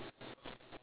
okay